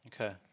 Okay